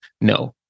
No